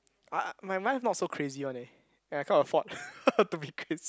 I I my mind is not so crazy one eh and I can't afford to be crazy